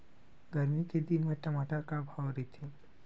गरमी के दिन म टमाटर का भाव रहिथे?